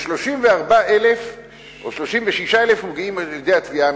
ו-36,000 מוגשים על-ידי התביעה המשטרתית.